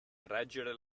reggere